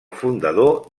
fundador